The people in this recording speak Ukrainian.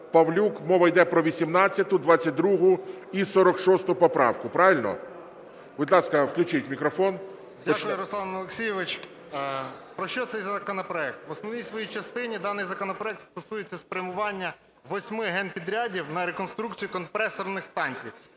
Павлюк. Мова йде про 18-у, 22-у і 46 поправку. Правильно? Будь ласка, включіть мікрофон. 13:06:04 ПАВЛЮК М.В. Дякую, Руслан Олексійович. Про що цей законопроект? В основній своїй частині даний законопроект стосується спрямування восьми генпідрядів на реконструкцію компресорних станцій